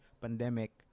pandemic